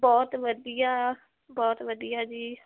ਬਹੁਤ ਵਧੀਆ ਬਹੁਤ ਵਧੀਆ ਜੀ